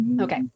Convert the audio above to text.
Okay